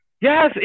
Yes